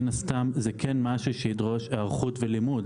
מן הסתם זה כן משהו שידרוש היערכות ולימוד,